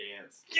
dance